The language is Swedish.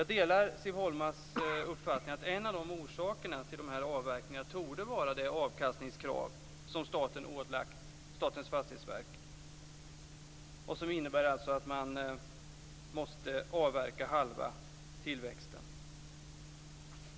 Jag delar Siv Holmas uppfattning att en av orsakerna till de här avverkningarna torde vara det avkastningskrav som staten har ålagt Statens fastighetsverk. Det innebär alltså att man måste avverka halva tillväxten.